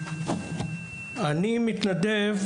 אני מתנדב